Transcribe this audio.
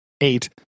eight